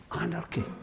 anarchy